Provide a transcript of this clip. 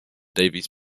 davies